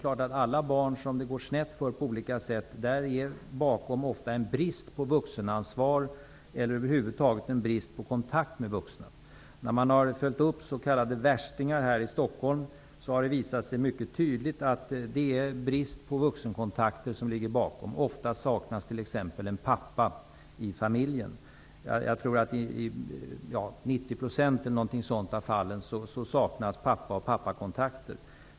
Bakom alla barn som det på olika sätt går snett för finns ofta en brist på vuxenansvar eller över huvud taget en brist på kontakt med vuxna. När man har följt upp s.k. värstingar här i Stockholm har det visat sig mycket tydligt att det är brist på vuxenkontakter som ligger bakom. Ofta saknas t.ex. en pappa i familjerna. Jag tror att det i 90 % av fallen saknas pappa och pappakontakter.